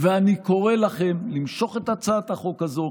ואני קורא לכם למשוך את הצעת החוק הזו.